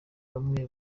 bamwe